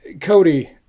Cody